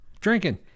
drinking